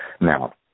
Now